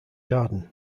garden